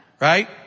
right